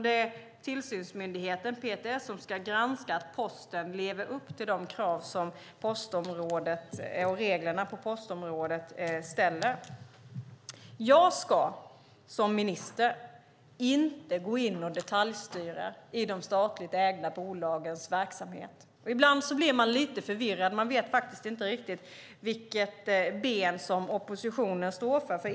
Det är tillsynsmyndigheten PTS som ska granska att Posten lever upp till de krav som reglerna på postområdet ställer. Jag ska som minister inte gå in och detaljstyra i de statligt ägda bolagens verksamhet. Ibland blir man lite förvirrad. Man vet inte riktigt vilket ben som oppositionen står på.